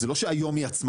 זה לא שהיום היא עצמאית,